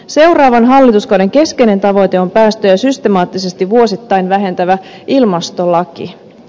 seuraavan hallituskauden keskeinen tavoite on päästöjä systemaattisesti vuosittain vähentävä ilmastolaki